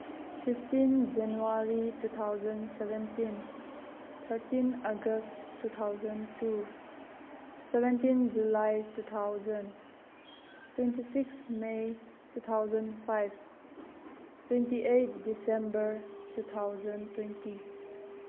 fifteen January two thousand seventeen thirteen August two thousand two seventeen July two thousand twenty six may two thousand five twenty eight December two thousand twenty